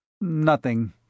Nothing